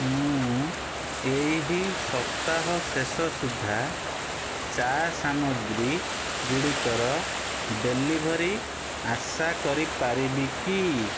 ମୁଁ ଏହି ସପ୍ତାହ ଶେଷ ସୁଦ୍ଧା ଚା ସାମଗ୍ରୀ ଗୁଡ଼ିକର ଡେଲିଭରି ଆଶା କରିପାରିବି କି